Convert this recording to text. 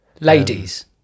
Ladies